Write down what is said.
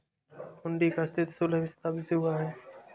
हुंडी का अस्तित्व सोलहवीं शताब्दी से है